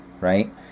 right